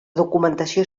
documentació